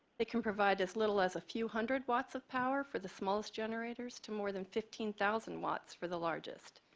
it can provide as little as a few hundred watts of power for the smallest generators to more than fifteen thousand watts for the largest.